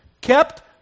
kept